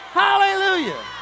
hallelujah